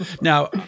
Now